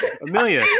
Amelia